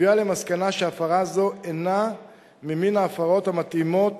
הביאה למסקנה שהפרה זו אינה ממין ההפרות המתאימות